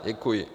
Děkuji.